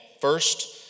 First